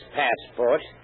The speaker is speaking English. passport